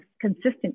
consistent